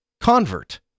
convert